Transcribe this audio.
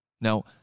Now